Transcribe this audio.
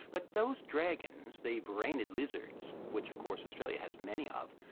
but those dragons, the varanid lizards, which of course australia has many of,